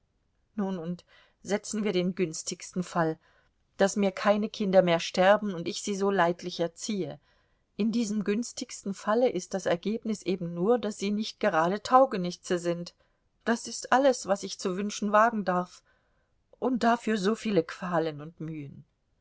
nun und setzen wir den günstigsten fall daß mir keine kinder mehr sterben und ich sie so leidlich erziehe in diesem günstigsten falle ist das ergebnis eben nur daß sie nicht gerade taugenichtse sind das ist alles was ich zu wünschen wagen darf und dafür so viele qualen und mühen